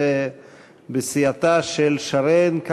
ובסיעתה של שרן,